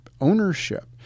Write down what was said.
ownership